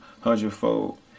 hundredfold